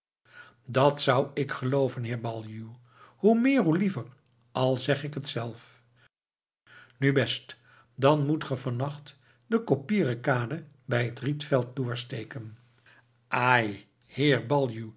dat zou ik gelooven heer baljuw hoe meer hoe liever al zeg ik het zelf nu best dan moet ge vannacht de koppieren kade bij het rietveld doorsteken ai